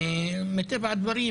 מטבע הדברים,